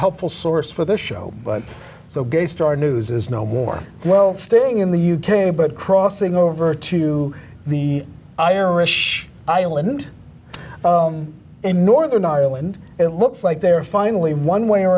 helpful source for this show but so gay star news is no more well staying in the u k but crossing over to the irish island in northern ireland it looks like they're finally one way or